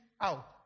out